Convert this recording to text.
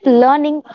learning